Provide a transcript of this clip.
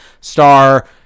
star